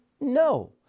No